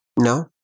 No